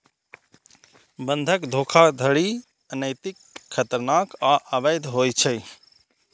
बंधक धोखाधड़ी अनैतिक, खतरनाक आ अवैध होइ छै